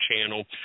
channel